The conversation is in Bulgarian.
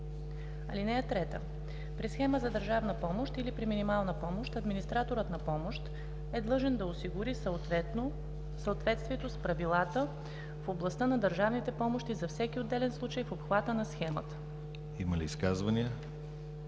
комисия. (3) При схема за държавна помощ или при минимална помощ администраторът на помощ е длъжен да осигури съответствието с правилата в областта на държавните помощи за всеки отделен случай в обхвата на схемата.“ ПРЕДСЕДАТЕЛ